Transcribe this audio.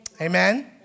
Amen